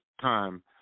time